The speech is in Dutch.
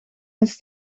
eens